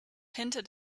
hinted